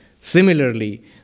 Similarly